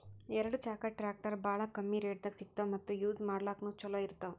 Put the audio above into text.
ಎರಡ ಚಾಕದ್ ಟ್ರ್ಯಾಕ್ಟರ್ ಭಾಳ್ ಕಮ್ಮಿ ರೇಟ್ದಾಗ್ ಸಿಗ್ತವ್ ಮತ್ತ್ ಯೂಜ್ ಮಾಡ್ಲಾಕ್ನು ಛಲೋ ಇರ್ತವ್